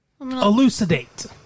Elucidate